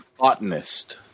Botanist